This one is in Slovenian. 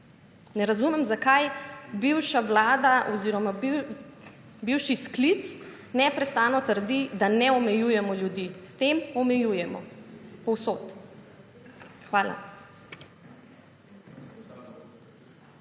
Ne razumem, zakaj bivša Vlada oziroma bivši sklic neprestano trdi, da ne omejujemo ljudi. S tem omejujemo, povsod. Hvala.